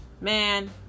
Man